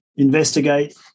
investigate